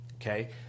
Okay